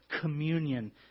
communion